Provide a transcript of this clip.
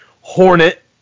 Hornet